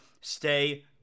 stay